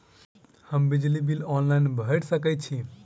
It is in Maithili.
हम बिजली बिल ऑनलाइन भैर सकै छी?